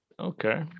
okay